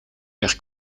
weg